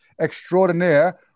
extraordinaire